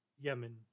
Yemen